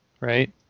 right